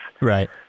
Right